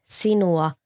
sinua